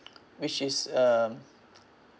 which is um